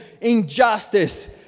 injustice